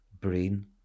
brain